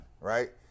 right